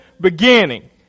beginning